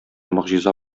могҗиза